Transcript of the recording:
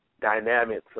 dynamics